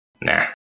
Nah